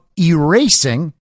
erasing